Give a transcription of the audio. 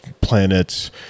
planets